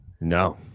No